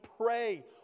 pray